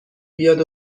بیاد